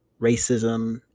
racism